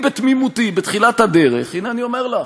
בתמימותי, בתחילת הדרך, הנה, אני אומר לך,